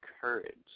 courage